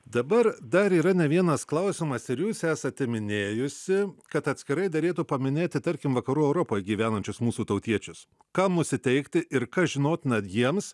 dabar dar yra ne vienas klausimas ir jūs esate minėjusi kad atskirai derėtų paminėti tarkim vakarų europoje gyvenančius mūsų tautiečius kam nusiteikti ir kas žinotina jiems